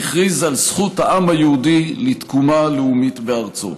והכריז על זכות העם היהודי לתקומה לאומית בארצו".